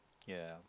ya